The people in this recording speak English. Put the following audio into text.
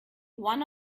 one